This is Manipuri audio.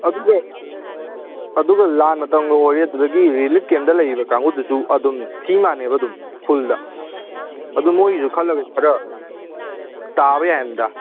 ꯑꯗꯨꯒ ꯑꯗꯨꯒ ꯂꯥꯟ ꯃꯇꯝꯒ ꯑꯣꯏꯔꯦ ꯑꯗꯨꯗꯒꯤ ꯔꯤꯂꯤꯐ ꯀꯦꯝꯗ ꯂꯩꯔꯤꯕ ꯀꯥꯡꯒꯨꯗꯨꯁꯨ ꯑꯨꯗꯝ ꯊꯤ ꯃꯥꯟꯅꯦꯕ ꯑꯗꯨꯝ ꯐꯨꯜꯗ ꯑꯗꯨ ꯃꯣꯏꯒꯤꯁꯨ ꯈꯜꯂꯒ ꯈꯔ ꯇꯥꯕ ꯌꯥꯏ ꯍꯥꯏꯃꯤꯗ